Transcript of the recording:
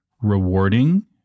rewarding